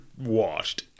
washed